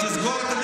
כי בדף רשום